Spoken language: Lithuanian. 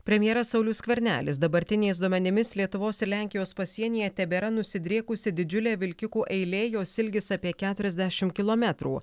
premjeras saulius skvernelis dabartiniais duomenimis lietuvos ir lenkijos pasienyje tebėra nusidriekusi didžiulė vilkikų eilė jos ilgis apie keturiasdešim kilometrų